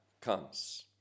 comes